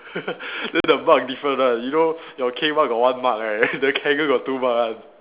then the mark different one you know your cane one got one mark right then hanger got two mark one